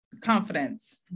confidence